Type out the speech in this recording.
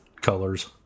colors